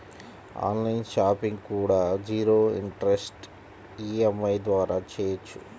on line shopping కూడా zero interest EMI ద్వారా చెయ్యొచ్చు